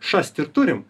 šast ir turim